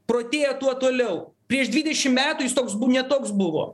protėja tuo toliau prieš dvidešim metų jis toks ne toks buvo